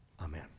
amen